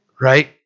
right